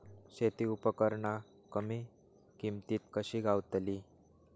शेती उपकरणा कमी किमतीत कशी गावतली?